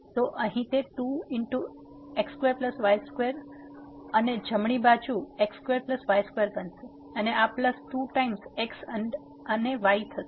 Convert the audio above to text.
તેથી અહીં તે 2x2y2 અને જમણી બાજુ x2y2 બનશે અને આ plus 2 times x and y થશે